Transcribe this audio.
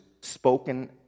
spoken